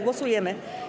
Głosujemy.